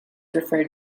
referred